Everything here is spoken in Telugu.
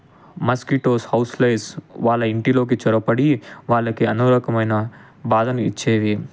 మస్కిటోస్ హౌస్ఫ్లైస్ వాళ్ళ ఇంటిలోకి చొరబడి వాళ్ళకి ఎన్నో రకమయిన బాధని ఇచ్చేవి